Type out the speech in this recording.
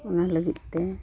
ᱚᱱᱟ ᱞᱟᱹᱜᱤᱫ ᱛᱮ